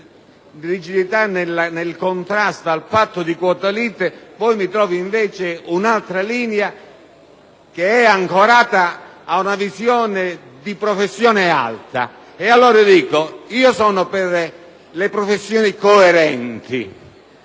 un'altra, che è ancorata ad una visione di professionalità alta. Allora io dico che sono per le professioni coerenti.